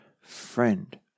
friend